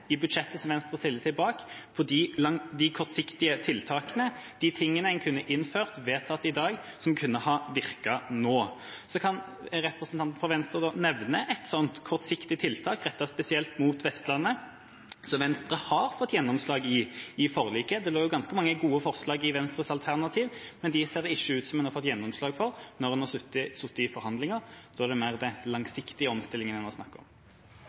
i budsjettet. Jeg etterlyser de kortsiktige tiltakene, de tingene en kunne vedtatt i dag, og som kunne ha virket nå. Kan representanten fra Venstre nevne et slikt kortsiktig tiltak rettet spesielt mot Vestlandet som Venstre har fått gjennomslag for i forliket? Det lå ganske mange gode forslag i Venstres alternativ, men det ser det ikke ut som de har fått gjennomslag for da de har sittet i forhandlinger. Da er det mer de langsiktige omstillingene de har snakket om. Som representanten sjølvsagt er klar over, ligg det